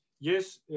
yes